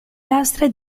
lastre